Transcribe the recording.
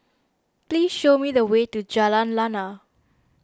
please show me the way to Jalan Lana